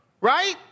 right